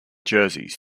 jerseys